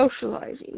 socializing